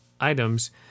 items